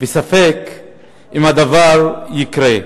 וספק אם הדבר יקרה.